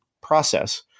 process